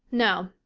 no,